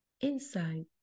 inside